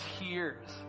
tears